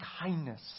kindness